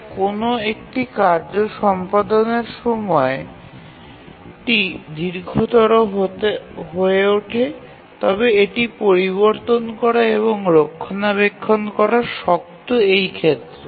তাই কোনও একটি কার্য সম্পাদনের সময়টি দীর্ঘতর হয়ে ওঠে তবে এটি পরিবর্তন করা এবং রক্ষণাবেক্ষণ করা শক্ত এই ক্ষেত্রে